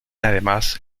además